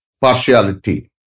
partiality